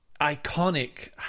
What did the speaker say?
iconic